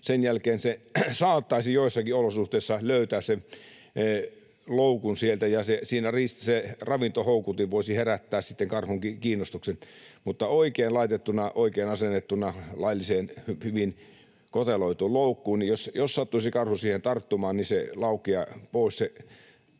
sen jälkeen se saattaisi joissakin olosuhteissa löytää sen loukun sieltä ja se ravintohoukutin voisi herättää sitten karhunkin kiinnostuksen, mutta oikein laitettuna, oikein asennettuna lailliseen, hyvin koteloituun loukkuun jos sattuisi karhu tarttumaan, niin se ansa